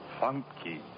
funky